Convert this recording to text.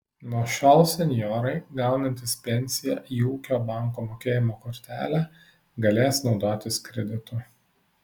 nuo šiol senjorai gaunantys pensiją į ūkio banko mokėjimo kortelę galės naudotis kreditu